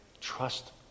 Trust